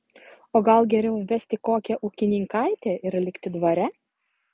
o gal geriau vesti kokią ūkininkaitę ir likti dvare